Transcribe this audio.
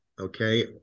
okay